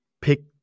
pick